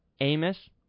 Amos